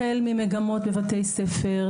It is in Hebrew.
החל ממגמות בבתי ספר,